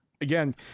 again